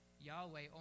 Yahweh